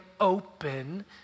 open